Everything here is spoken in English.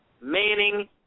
Manning